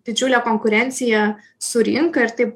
didžiulė konkurencija su rinka ir tai